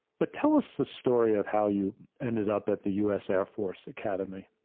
but tell us the story of how you ended up at the us air force academy.